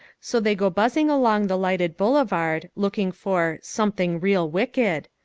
so they go buzzing along the lighted boulevard looking for something real wicked.